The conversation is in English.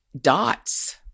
dots